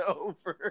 over